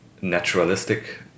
naturalistic